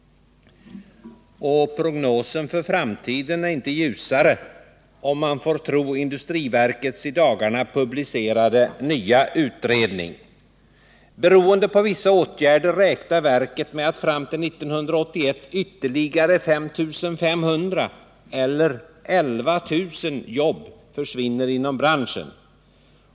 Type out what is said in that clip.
Prognosen för framtiden är inte ljusare om man får tro industriverkets i dagarna publicerade nya utredning. Beroende på vissa åtgärder räknar verket med att fram till 1981 ytterligare 5 500 eller 11 000 jobb försvinner inom branschen.